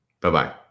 Bye-bye